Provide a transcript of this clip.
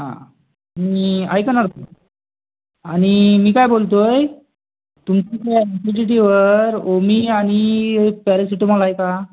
हां मी ऐका ना तुम्ही आणि मी काय बोलतो आहे तुमच्या ओमी आणि पॅरासिटॅमॉल आहे का